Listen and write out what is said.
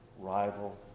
rival